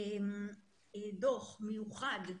דוח מיוחד.